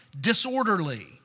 disorderly